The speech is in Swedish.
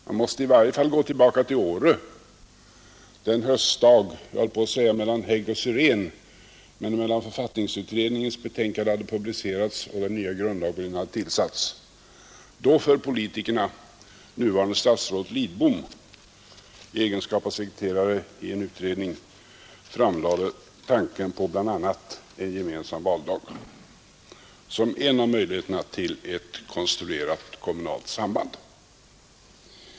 Man måste i varje fall gå tillbaka till Åre, till den höstdag — jag höll på att säga mellan hägg och syrén men mellan det att författningsutredningens betänkande hade publicerats och den nya grundlagberedningen hade tillsatts — då nuvarande statsrådet Lidbom i egenskap av sekreterare i en utredning framlade tanken på bl.a. en gemensam valdag som en av möjligheterna till ett konstruerat kommunalt samband.